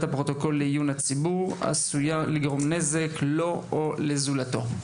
הפרוטוקול לעיון הציבור עשויה לגרום נזק לו או לזולתו.